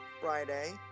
Friday